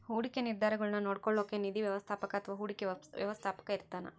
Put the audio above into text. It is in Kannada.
ಹೂಡಿಕೆ ನಿರ್ಧಾರಗುಳ್ನ ನೋಡ್ಕೋಳೋಕ್ಕ ನಿಧಿ ವ್ಯವಸ್ಥಾಪಕ ಅಥವಾ ಹೂಡಿಕೆ ವ್ಯವಸ್ಥಾಪಕ ಇರ್ತಾನ